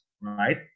right